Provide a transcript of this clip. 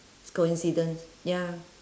is coincidence ya